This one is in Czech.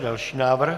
Další návrh.